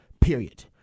period